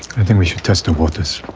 i think we should test the waters